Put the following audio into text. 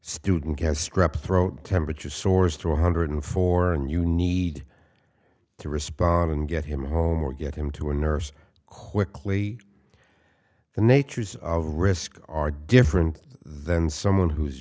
student get strep throat temperature soars to one hundred four and you need to respond and get him home or get him to a nurse quickly the natures of risk are different than someone who